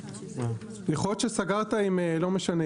יכול להיות שסגרת עם לא משנה,